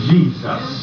Jesus